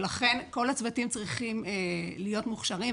ולכן כל הצוותים צריכים להיות מוכשרים.